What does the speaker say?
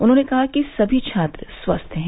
उन्होंने कहा कि सभी छात्र स्वस्थ हैं